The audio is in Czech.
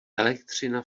elektřina